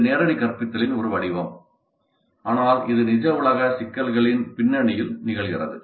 இது நேரடி கற்பித்தலின் ஒரு வடிவம் ஆனால் இது நிஜ உலக சிக்கல்களின் பின்னணியில் நிகழ்கிறது